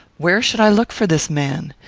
where should i look for this man?